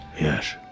Yes